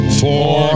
four